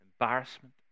Embarrassment